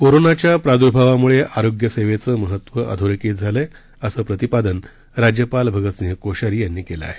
कोरोनाच्या प्रादूर्भावामुळे आरोग्य सेवेचं महत्व अधोरेखित झालं असं प्रतिपादन राज्यपाल भगतसिंह कोश्यारी यांनी केलं आहे